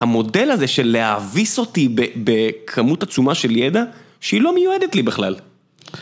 המודל הזה של להאביס אותי בכמות עצומה של ידע שהיא לא מיועדת לי בכלל.